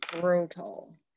brutal